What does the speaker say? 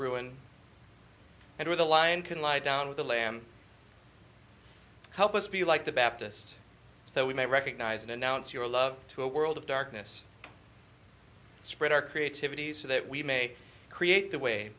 ruin and where the lion can lie down with the lamb help us be like the baptist that we may recognize and announce your love to a world of darkness spread our creativity so that we may create the way